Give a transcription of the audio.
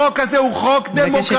החוק הזה הוא חוק דמוקרטי.